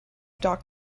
doc